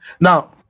Now